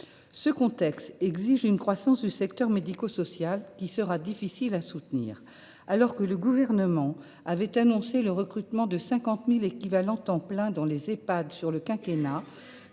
Ce contexte exige une croissance du secteur médico social qui sera difficile à soutenir. Alors que le Gouvernement avait annoncé le recrutement de 50 000 équivalents temps plein (ETP) dans les établissements